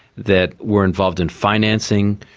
that were involved in financing,